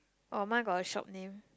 orh mine got a shop name